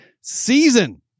season